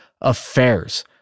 affairs